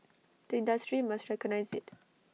the industry must recognise IT